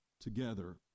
together